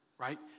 Right